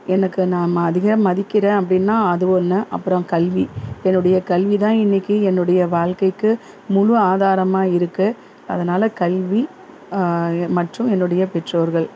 எனக்கு நாம் அதிகம் மதிக்கிறேன் அப்படின்னா அது ஒன்று அப்புறம் கல்வி என்னுடைய கல்வி தான் இன்னைக்கு என்னுடைய வாழ்க்கைக்கு முழு ஆதாரமாக இருக்குது அதனால் கல்வி மற்றும் என்னுடைய பெற்றோர்கள்